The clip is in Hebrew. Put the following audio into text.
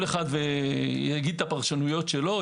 כל אחד יגיד את הפרשנויות שלו.